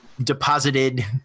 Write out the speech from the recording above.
deposited